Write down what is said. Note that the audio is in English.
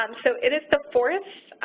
um so it is the fourth